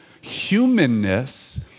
humanness